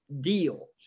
deals